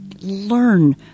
learn